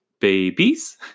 Babies